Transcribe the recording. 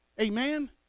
Amen